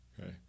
Okay